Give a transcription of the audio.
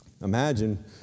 imagine